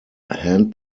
hand